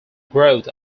growth